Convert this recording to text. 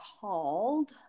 called